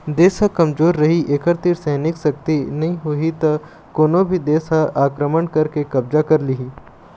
देश ह कमजोर रहि एखर तीर सैनिक सक्ति नइ होही त कोनो भी देस ह आक्रमण करके कब्जा कर लिहि